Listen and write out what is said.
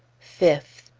fifth.